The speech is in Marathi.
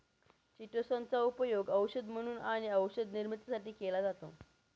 चिटोसन चा उपयोग औषध म्हणून आणि औषध निर्मितीसाठी केला जातो